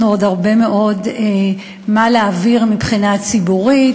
עוד הרבה מאוד מה להעביר מבחינה ציבורית.